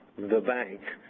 the bank,